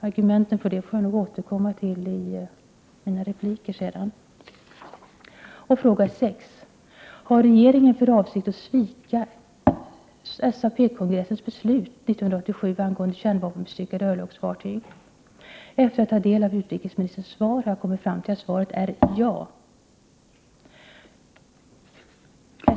Argumenten för det får jag återkomma till i mina repliker. 6. Har regeringen för avsikt att svika SAP-kongressens beslut 1987 angående kärnvapenbestyckade örlogsfartyg? Efter att ha tagit del av utrikesministerns svar har jag kommit fram till att svaret är ja.